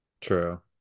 True